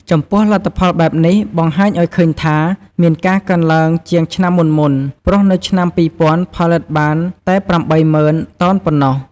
ចំពោះ លទ្ធផលបែបនេះបង្ហាញឲ្យឃើញថាមានការកើនឡើងជាងឆ្នាំមុនៗ ព្រោះនៅឆ្នាំ២០០០ផលិតបានតែ៨០ ០០០ តោនប៉ុណ្ណោះ។